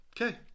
Okay